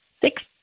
Six